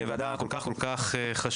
מדובר בוועדה כול כך כול כך חשובה.